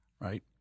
right